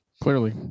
Clearly